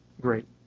great